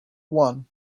one